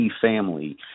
family